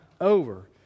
over